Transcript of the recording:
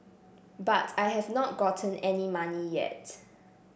but I have not gotten any money yet